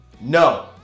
No